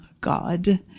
God